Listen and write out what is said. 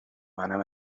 منم